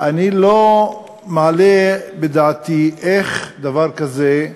אני לא מעלה על דעתי איך דבר כזה,